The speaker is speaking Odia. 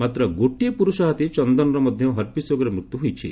ମାତ୍ର ଗୋଟିଏ ପୁରୁଷ ହାତୀ ଚନ୍ଦନର ମଧ୍ୟ ହର୍ପିସ୍ ରୋଗରେ ମୃତ୍ଧ୍ ହୋଇଛି